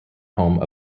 home